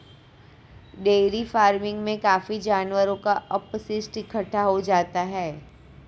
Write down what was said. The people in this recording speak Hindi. डेयरी फ़ार्मिंग में काफी जानवरों का अपशिष्ट इकट्ठा हो जाता है